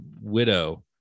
widow